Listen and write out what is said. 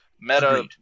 meta